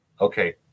Okay